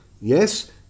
yes